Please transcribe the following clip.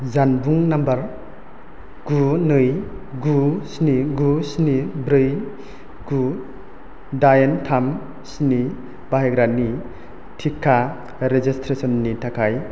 जानबुं नाम्बार गु नै गु स्नि गु स्नि ब्रै गु दाइन थाम स्नि बाहायग्रानि थिका रेजिस्ट्रेसननि थाखाय